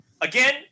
Again